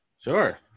sure